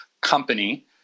company